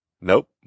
Nope